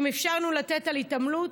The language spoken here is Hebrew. אם אפשרנו לתת על התעמלות,